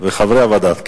ולחברי הוועדה.